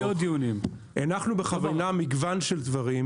הנחנו בכוונה מגוון של דברים,